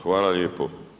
Hvala lijepo.